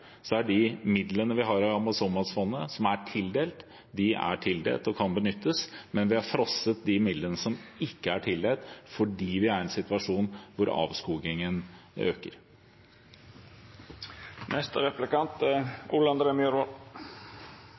er nå, kan de midlene vi har til Amazonasfondet, og som er tildelt, benyttes. Men vi har frosset de midlene som ikke er tildelt, fordi vi er i en situasjon hvor avskogingen øker.